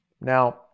Now